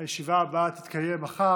הישיבה הבאה תתקיים מחר,